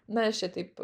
na šitaip